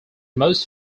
most